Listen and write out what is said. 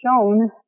shown